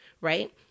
right